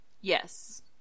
yes